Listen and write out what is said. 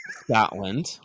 Scotland